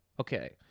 Okay